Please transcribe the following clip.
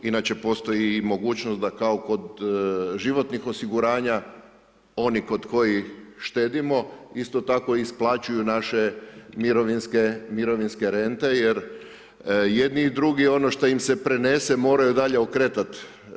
Inače postoji i mogućnost da kao kod životnih osiguranja, oni kod kojih štedimo isto tako isplaćuju naše mirovinske rente, jer i jedni i drugi ono što im se prenese moraju dalje okretati.